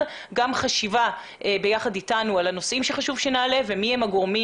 גם חשיבה ביחד אתנו על הנושאים שחשוב שנעלה ומי הם הגורמים